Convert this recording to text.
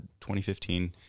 2015